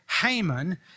Haman